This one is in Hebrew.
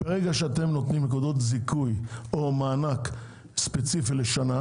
ברגע שאתם נותנים נקודות זיכוי או מענק ספציפי לשנה,